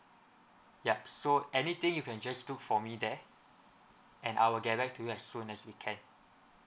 yup so anything you can just look for me there and I'll get back to you as soon as we can